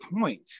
point